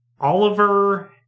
Oliver